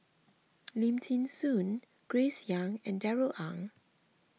Lim thean Soo Grace Young and Darrell Ang